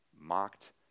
mocked